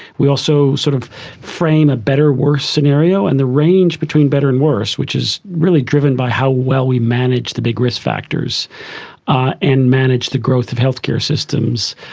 we also sort of frame a better worse scenario, and the range between better and worse, which is really driven by how well we manage the big risk factors ah and manage the growth of healthcare systems,